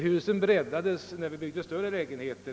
Husen breddades, när vi byggde större lägenheter.